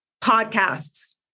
podcasts